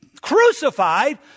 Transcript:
crucified